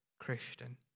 Christian